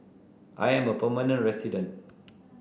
I am a permanent resident